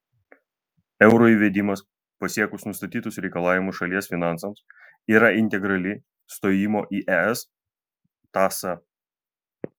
euro įvedimas pasiekus nustatytus reikalavimus šalies finansams yra integrali stojimo į es tąsa